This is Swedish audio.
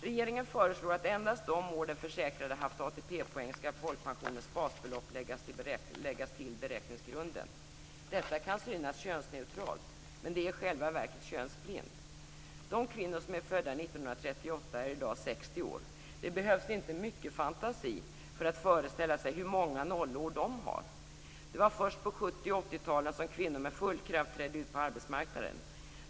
Regeringen föreslår att endast de år den försäkrade haft ATP-poäng skall folkpensionens basbelopp läggas till beräkningsgrunden. Detta kan synas könsneutralt, men det är i själva verket könsblint. De kvinnor som är födda 1938 är i dag 60 år. Det behövs inte mycket fantasi för att föreställa sig hur många 0-år de har. Det var först på 70 och 80 talen som kvinnor med full kraft trädde ut på arbetsmarknaden.